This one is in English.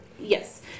Yes